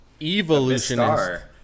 Evolutionist